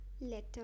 Letter